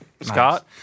Scott